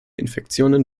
infektionen